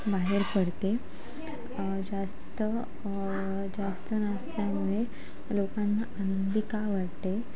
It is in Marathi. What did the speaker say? बाहेर पडते जास्त जास्त नाचल्यामुळे लोकांना आनंदी का वाटते